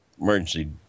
emergency